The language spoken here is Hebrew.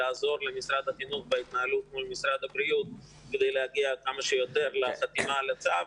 לעזור למשרד החינוך בהתנהלות מול משרד הבריאות כדי להגיע לחתימה על הצו.